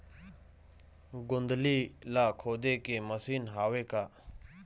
गोंदली ला खोदे के मशीन हावे का?